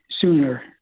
sooner